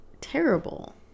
Terrible